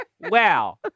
Wow